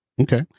Okay